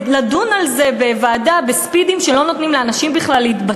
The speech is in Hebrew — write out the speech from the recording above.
לדון על זה בוועדה בספידים שלא נותנים בכלל לאנשים להתבטא,